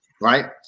Right